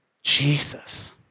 Jesus